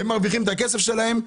הם מרוויחים את הכסף שלהם.